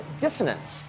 dissonance